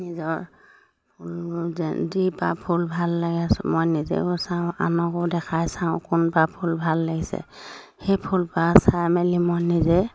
নিজৰ ফুল যি পাহ ফুল ভাল লাগে মই নিজেও চাওঁ আনকো দেখাই চাওঁ কোনপাহ ফুল ভাল লাগিছে সেই ফুলপাহ চাই মেলি মই নিজে